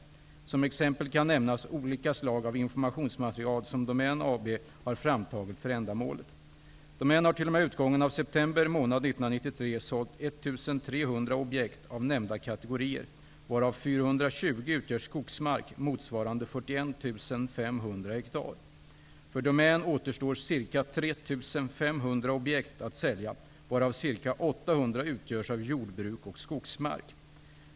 Som exempel kan nämnas olika slag av informationsmaterial som Domän har framtagit för ändamålet. Domän har t.o.m. utgången av september månad 1993 sålt 1 300 objekt av nämnda kategorier varav 420 utgör skogsmark motsvarande 41 500 hektar. För Domän återstår ca 3 500 objekt att sälja, varav ca 800 utgörs av jordbruk och skogsmark.